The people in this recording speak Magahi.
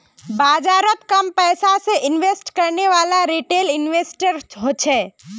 बाजारोत कम पैसा से इन्वेस्ट करनेवाला रिटेल इन्वेस्टर होछे